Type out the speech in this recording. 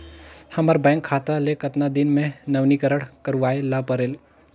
हमर बैंक खाता ले कतना दिन मे नवीनीकरण करवाय ला परेल?